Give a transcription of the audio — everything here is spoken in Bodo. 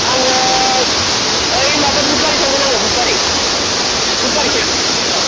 आङो ओइ माबा बुधबारै थांगोन आङो बुधबारै बुधबारैहाय अ